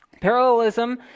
Parallelism